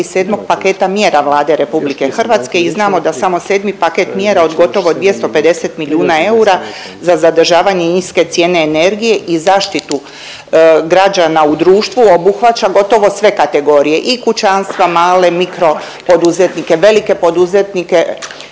i 7. paketa mjera Vlade RH i znamo da samo 7. paket mjera od gotovo 250 milijuna eura za zadržavanje niske cijene energije i zaštitu građana u društvu obuhvaća gotovo sve kategorije i kućanstva, male, mikro poduzetnike, velike poduzetnike,